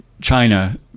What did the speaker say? China